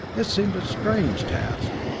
it seemed a strange task!